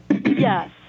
Yes